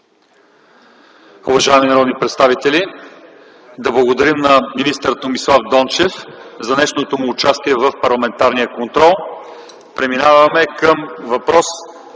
Уважаеми народни представители, да благодарим на министър Томислав Дончев за днешното му участие в парламентарния контрол. Преминаваме към въпрос